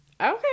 okay